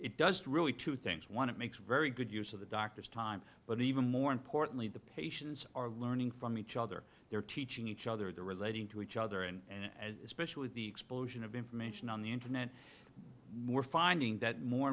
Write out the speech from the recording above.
it does really two things one it makes very good use of the doctor's time but even more importantly the patients are learning from each other they're teaching each other they're relating to each other and especially with the explosion of information on the internet we're finding that more